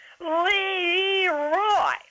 Lee-Roy